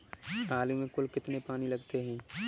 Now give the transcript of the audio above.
आलू में कुल कितने पानी लगते हैं?